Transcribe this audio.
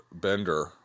Bender